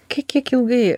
kiek kiek ilgai